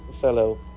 fellow